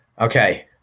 Okay